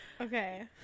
Okay